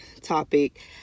topic